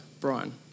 Brian